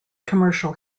commercial